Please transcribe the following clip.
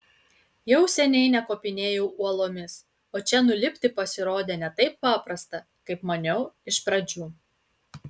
jau seniai nekopinėju uolomis o čia nulipti pasirodė ne taip paprasta kaip maniau iš pradžių